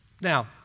Now